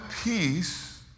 peace